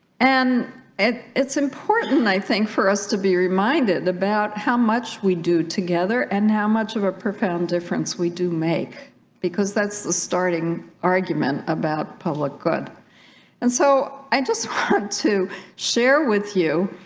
and and it's important i think for us to be reminded about how much we do together and how much of a profound difference we do make because that's the starting argument about public good and so i just want to share with you